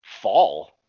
fall